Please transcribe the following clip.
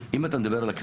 אם אתה מדבר על הכנסת,